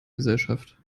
gesellschaft